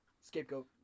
Scapegoat